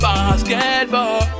Basketball